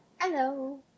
Hello